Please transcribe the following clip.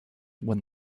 won